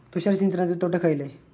तुषार सिंचनाचे तोटे खयले?